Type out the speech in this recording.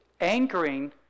anchoring